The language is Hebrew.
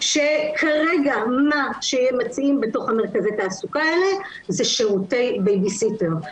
שכרגע מה שמציעים בתוך מרכזי התעסוקה האלה זה שירותי בייביסיטר.